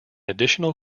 additional